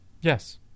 yes